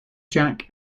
jack